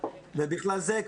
ובכלל זה,